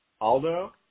Aldo